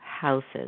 houses